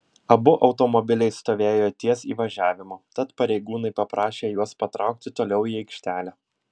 abu automobiliai stovėjo ties įvažiavimu tad pareigūnai paprašė juos patraukti toliau į aikštelę